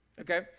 okay